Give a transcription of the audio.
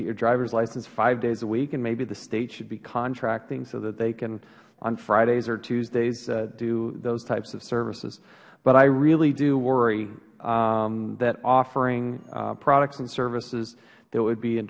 get your drivers license five days a week and maybe the state should be contracting so that they can on fridays or tuesdays do those types of services but i really do worry that offering products and services that would be in